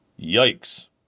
Yikes